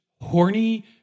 horny